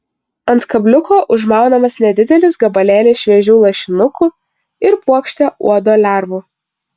ant kabliuko užmaunamas nedidelis gabalėlis šviežių lašinukų ir puokštė uodo lervų